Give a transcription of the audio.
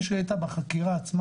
מישהו שיהיה איתה בחקירה עצמה,